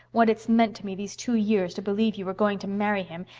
what it's meant to me these two years to believe you were going to marry him,